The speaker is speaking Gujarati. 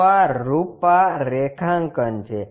તો આ રૂપરેખાંકન છે